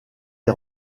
des